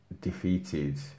defeated